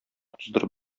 туздырып